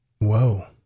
Whoa